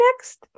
next